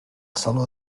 saló